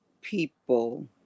people